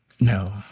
No